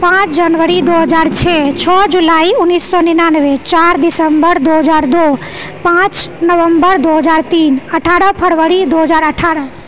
पाँच जनवरी दू हजार छओ छओ जुलाइ उन्नैस सए निनानबे चारि दिसम्बर दू हजार दू पाँच नवम्बर दू हजार तीन अठारह फरवरी दू हजार अठारह